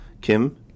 Kim